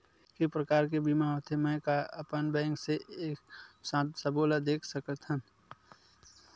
के प्रकार के बीमा होथे मै का अपन बैंक से एक साथ सबो ला देख सकथन?